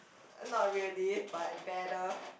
uh not really but better